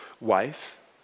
wife